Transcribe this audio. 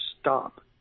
stop